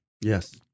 yes